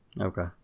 Okay